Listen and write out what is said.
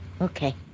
Okay